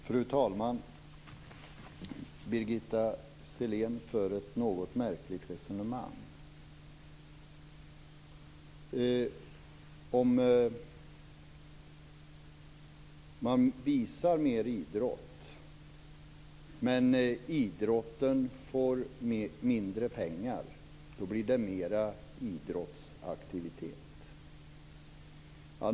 Fru talman! Birgitta Sellén för ett något märkligt resonemang. Om man visar mer idrott men idrotten får mindre pengar blir det mer idrottsaktivitet.